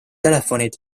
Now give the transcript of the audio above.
telefonid